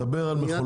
דבר על מכולות.